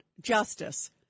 justice